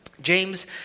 James